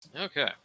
Okay